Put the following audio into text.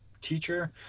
teacher